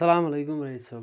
اسلام علیکم رٔیٖس صٲب